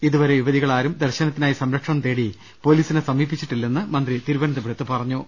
ഇതുവർെ യുവതികളാരും ദർശനത്തിനായി സംര ക്ഷണം തേടി പൊലീസിനെ സമീപിച്ചിട്ടില്ലെന്നും മന്ത്രി തിരുവനന്തപുരത്ത് പറഞ്ഞു